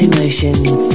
Emotions